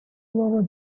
over